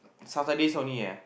Saturdays only eh